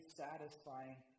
satisfying